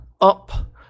up